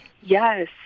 Yes